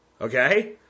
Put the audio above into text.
Okay